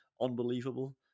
unbelievable